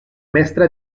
mestre